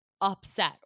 upset